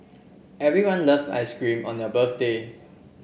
everyone love ice cream on their birthday